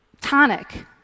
tonic